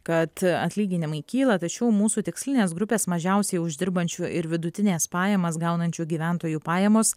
kad atlyginimai kyla tačiau mūsų tikslinės grupės mažiausiai uždirbančių ir vidutines pajamas gaunančių gyventojų pajamos